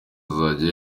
azajya